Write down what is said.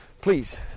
Please